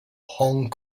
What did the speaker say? hong